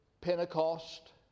Pentecost